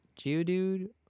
Geodude